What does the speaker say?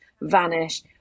vanish